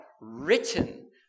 written